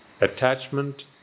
attachment